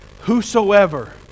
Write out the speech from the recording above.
whosoever